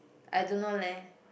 I don't know leh